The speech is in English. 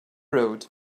road